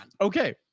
Okay